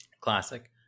Classic